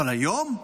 אבל היום?